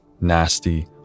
nasty